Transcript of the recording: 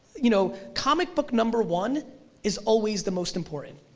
you know comic book number one is always the most important.